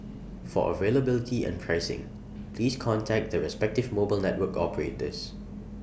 for availability and pricing please contact the respective mobile network operators